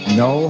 no